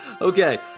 Okay